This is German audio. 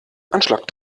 anschlag